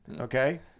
okay